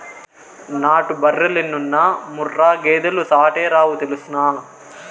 నాటు బర్రెలెన్నున్నా ముర్రా గేదెలు సాటేరావు తెల్సునా